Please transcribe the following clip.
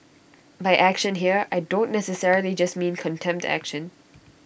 by action here I don't necessarily just mean contempt action